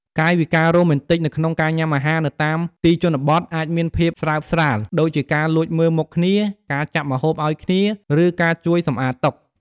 កាយវិការរ៉ូមែនទិកនៅក្នុងការញ៉ាំអាហារនៅតាមទីជនបទអាចមានភាពស្រើបស្រាល ដូចជាការលួចមើលមុខគ្នា ការចាប់ម្ហូបឲ្យគ្នា ឬការជួយសម្អាតតុ។